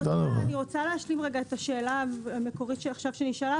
אני רוצה להשלים את השאלה המקורית שנשאלה עכשיו